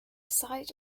site